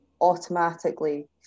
automatically